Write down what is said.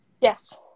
Yes